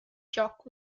jock